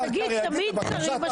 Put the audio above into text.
שגית, תמיד שרים משכו.